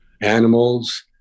animals